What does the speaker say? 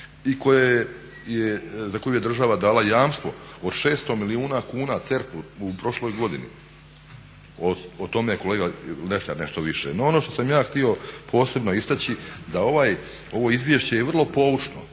imovine i za koju je država dala jamstvo od 600 milijuna kuna CERP-u prošloj godini. O tome je kolega Lesar nešto više. No, ono što sam ja htio posebno istaći da ovo izvješće je vrlo poučno,